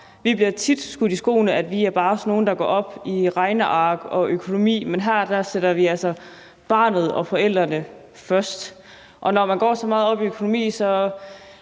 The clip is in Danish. Vi bliver tit skudt i skoene, at vi bare er sådan nogle, der går op i regneark og økonomi, men her sætter vi altså barnet og forældrene først. Og når man går så meget op i økonomi,